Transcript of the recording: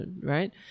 right